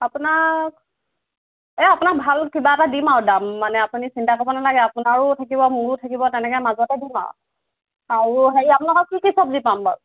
আপোনাক এই আপোনাক ভাল কিবা এটা দিম আৰু দাম মানে আপুনি চিন্তা কৰিব নালাগে আপোনাৰো থাকিব মোৰো থাকিব তেনেকৈ মাজতে দিম আৰু আৰু হেৰি আপোনালোকৰ কি কি চব্জি পাম বাৰু